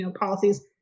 policies